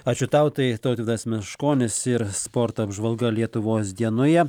ačiū tau tai tautvydas meškonis ir sporto apžvalga lietuvos dienoje